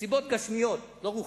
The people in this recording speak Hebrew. סיבות גשמיות, לא רוחניות.